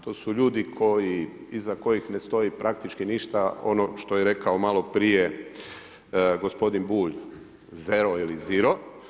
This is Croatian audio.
To su ljudi koji, iza kojih ne stoji praktički ništa ono što je rekao maloprije gospodin Bulj zero ili zero.